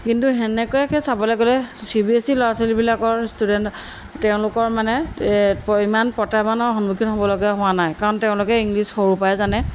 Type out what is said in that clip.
কিন্তু তেনেকুৱাকৈ চাবলৈ গ'লে চি বি এছ ই ল'ৰা ছোৱালীবিলাকৰ ষ্টুডেণ্ট তেওঁলোকৰ মানে ইমান প্ৰত্যাহ্বানৰ সন্মুখীন হ'বলগীয়া হোৱা নাই কাৰণ তেওঁলোকে ইংলিছ সৰুৰ পাই জানে